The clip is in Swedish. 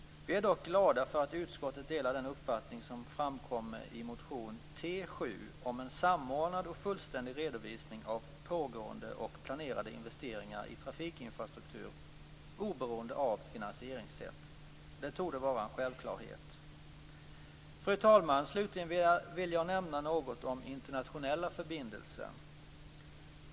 Vi är dock glada för att utskottet delar den uppfattning som framkommer i motion T7 om en samordnad och fullständig redovisning av pågående och planerade investeringar i trafikinfrastruktur oberoende av finansieringssätt. Det torde vara en självklarhet. Fru talman! Slutligen vill jag nämna något om internationella förbindelser.